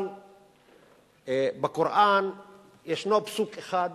אבל בקוראן ישנו פסוק אחד